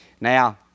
Now